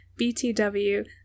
BTW